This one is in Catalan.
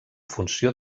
funció